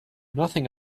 nothing